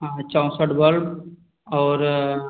हाँ चौसठ बल्ब और